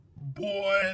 Boy